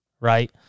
right